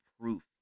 proof